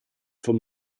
from